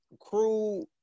crew